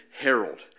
herald